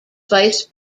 vice